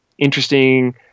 Interesting